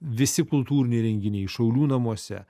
visi kultūriniai renginiai šaulių namuose